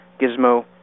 Gizmo